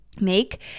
make